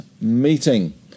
meeting